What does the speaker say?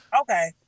Okay